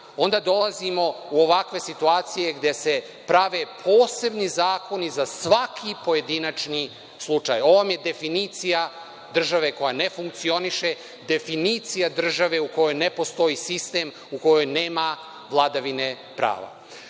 onda dolazimo u ovakve situacije gde se prave posebni zakoni za svaki pojedinačni slučaj. Ovo vam je definicija države koja ne funkcioniše, definicija države u kojoj ne postoji sistem u kojoj nema vladavine prava.